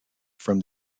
from